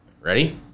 Ready